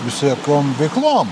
visokiom veiklom